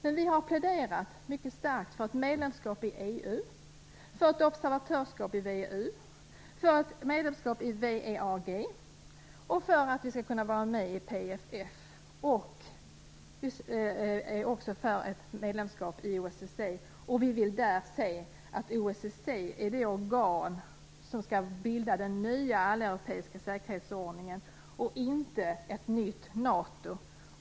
Men vi har pläderat mycket starkt för ett medlemskap i EU, för ett observatörskap i VEU, för ett medlemskap i VEAG, för att Sverige skall kunna vara med i PFF och för ett medlemskap i OSSE. Vi vill se att OSSE blir det organ som skall bilda den nya alleuropeiska säkerhetsordningen, och inte ett nytt NATO.